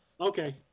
Okay